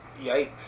Yikes